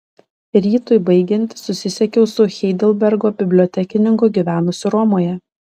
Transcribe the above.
rytui baigiantis susisiekiau su heidelbergo bibliotekininku gyvenusiu romoje